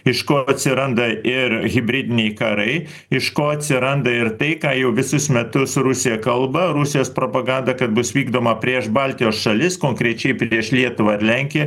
iš ko atsiranda ir hibridiniai karai iš ko atsiranda ir tai ką jau visus metus rusija kalba rusijos propaganda kad bus vykdoma prieš baltijos šalis konkrečiai prieš lietuvą ir lenkiją